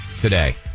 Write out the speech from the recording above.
today